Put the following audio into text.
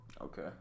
Okay